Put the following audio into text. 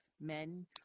men